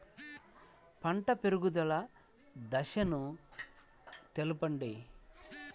పంట పెరుగుదల దశలను తెలపండి?